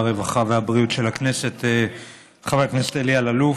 הרווחה והבריאות של הכנסת חבר הכנסת אלי אלאלוף.